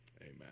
amen